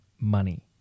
money